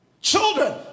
Children